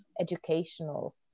educational